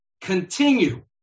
continue